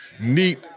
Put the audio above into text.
neat